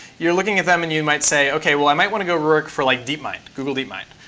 you're looking at them and you might say, ok, well i might want to go work for like deepmind, google deepmind.